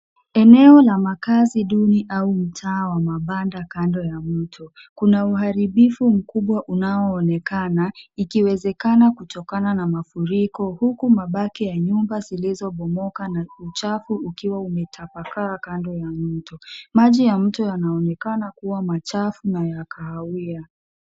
Eneo la makaazi duni au mtaa wa mabanda kando ya mto. Kuna uharibifu mkubwa unaoonekana ikiwezekana kutokana na mafuriko huku mabaki ya nyumba zilizobomoka na uchafu ukiwa umetapakaa kando ya mto. Maji ya mto yanaonekana kuwa machafu na ya kahawia.